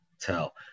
tell